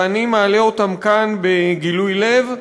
ואני מעלה אותם כאן בגילוי לב,